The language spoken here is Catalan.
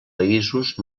països